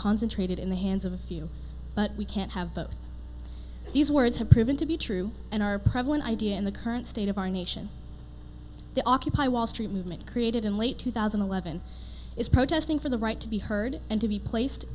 concentrated in the hands of a few but we can't have both these words have proven to be true and are prevalent idea in the current state of our nation the occupy wall street movement created in late two thousand and eleven is protesting for the right to be heard and to be placed